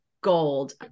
gold